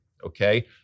Okay